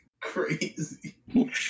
crazy